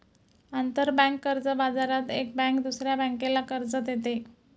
आंतरबँक कर्ज बाजारात एक बँक दुसऱ्या बँकेला कर्ज देते